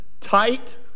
tight